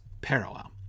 parallel